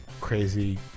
crazy